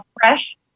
fresh